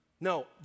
No